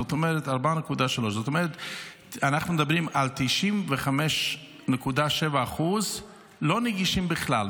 זאת אומרת 4.3%. אנחנו מדברים על 95.7% לא נגישים בכלל.